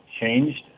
changed